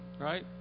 right